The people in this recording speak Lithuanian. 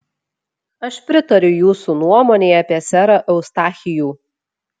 aš pritariu jūsų nuomonei apie serą eustachijų